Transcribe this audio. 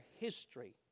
history